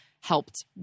helped